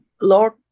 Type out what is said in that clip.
Lord